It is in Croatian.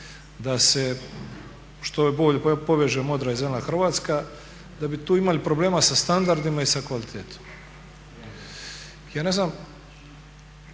da se što bolje poveže modra i zelena Hrvatska da bi tu imali problema sa standardima i sa kvalitetom. Ja ne znam